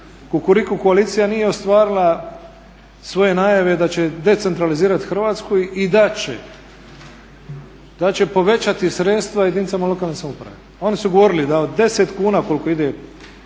Kukuriku koalicija nije ostvarila svoje najave da će decentralizirati Hrvatsku i da će povećati sredstva jedinicama lokalne samouprave. Oni su govorili da od 10 kuna koliko ide